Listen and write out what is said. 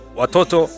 watoto